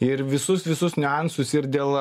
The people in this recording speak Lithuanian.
ir visus visus niuansus ir dėl